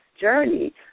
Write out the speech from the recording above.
journey